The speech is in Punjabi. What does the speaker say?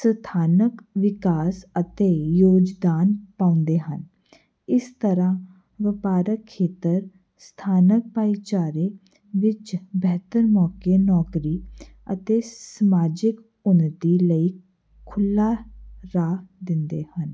ਸਥਾਨਕ ਵਿਕਾਸ ਅਤੇ ਯੋਗਦਾਨ ਪਾਉਂਦੇ ਹਨ ਇਸ ਤਰ੍ਹਾਂ ਵਪਾਰਕ ਖੇਤਰ ਸਥਾਨਕ ਭਾਈਚਾਰੇ ਵਿੱਚ ਬਿਹਤਰ ਮੌਕੇ ਨੌਕਰੀ ਅਤੇ ਸਮਾਜਿਕ ਉੱਨਤੀ ਲਈ ਖੁੱਲ੍ਹਾ ਰਾਹ ਦਿੰਦੇ ਹਨ